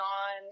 on